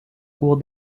cours